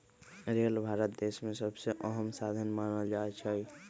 rail Bharat देश में सबसे अहम साधन मानल जाई छई